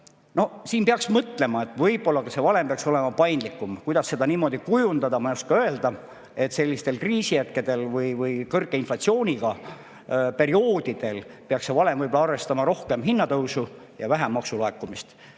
siin peaks mõtlema, võib-olla see valem peaks olema paindlikum. Kuidas seda niimoodi kujundada, ma ei oska öelda. Sellistel kriisihetkedel või kõrge inflatsiooniga perioodidel peaks see valem võib‑olla arvestama rohkem hinnatõusu ja vähem maksulaekumist.